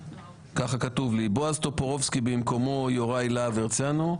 בועז טופורובסקי במקומו יוראי להב הרצנו.